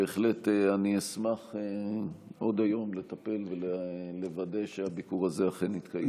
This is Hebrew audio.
בהחלט אני אשמח עוד היום לטפל ולוודא שהביקור הזה אכן יקרה.